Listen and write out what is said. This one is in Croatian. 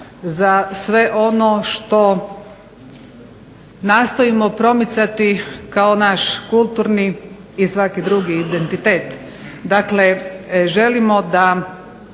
za sve ono što nastojimo promicati kao naš kulturni i svaki drugi identitet. Dakle, želimo da